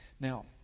Now